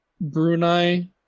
Brunei